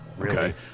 Okay